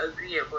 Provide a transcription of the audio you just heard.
ya